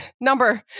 number